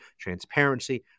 transparency